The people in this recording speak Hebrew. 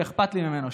שאכפת לי ממנו,